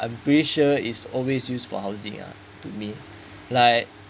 I'm pretty sure is always used for housing uh to me like